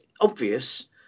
obvious